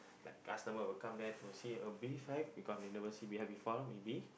like customer will come there a beehive become they never see beehive before lor maybe